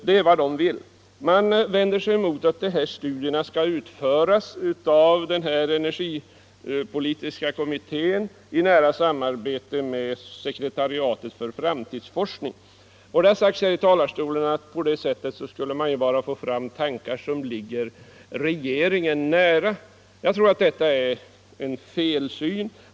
Motionärerna vänder sig mot att dessa studier skall utföras av energipolitiska delegationen i nära samarbete med sekretariatet för framtidsforskning. Det har här i debatten sagts att man på det sättet bara skulle få fram tankar som ligger regeringen nära. Jag tror att detta är en felsyn.